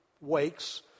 wakes